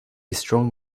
strong